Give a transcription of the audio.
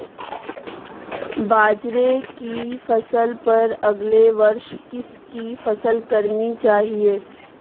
बाजरे की फसल पर अगले वर्ष किसकी फसल करनी चाहिए?